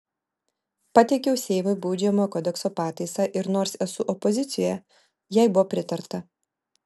pateikiau seimui baudžiamojo kodekso pataisą ir nors esu opozicijoje jai buvo pritarta